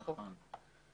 לחוק".